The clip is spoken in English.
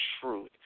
truth